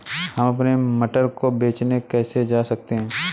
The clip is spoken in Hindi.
हम अपने मटर को बेचने कैसे जा सकते हैं?